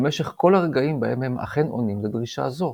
במשך כל הרגעים בהם הם אכן עונים לדרישה זו.